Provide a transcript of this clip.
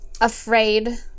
afraid